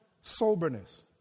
soberness